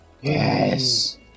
Yes